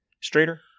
Straighter